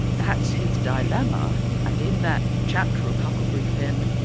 that's his dilemma and in that chapter of huckleberry finn,